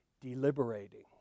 deliberating